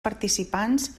participants